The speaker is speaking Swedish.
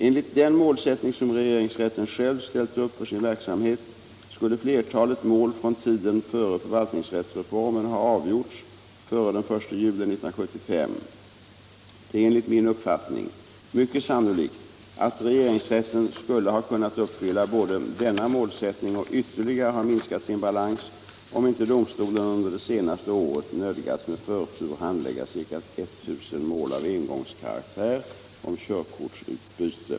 Enligt den målsättning som regeringsrätten själv ställt upp för sin verksamhet skulle flertalet mål från tiden före förvaltningsrättsreformen ha avgjorts före den 1 juli 1975. Det är enligt min uppfattning mycket sannolikt att regeringsrätten skulle ha kunnat uppfylla både denna målsättning och ytterligare ha minskat sin balans om inte domstolen under det senaste året nödgats med förtur handlägga ca I 000 mål av engångsnatur om körkortsutbyte.